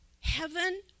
Heaven